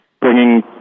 bringing